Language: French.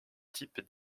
type